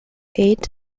eight